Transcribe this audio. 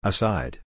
Aside